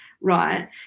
right